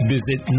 Visit